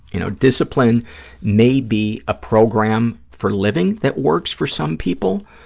you know, discipline may be a program for living that works for some people,